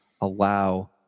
allow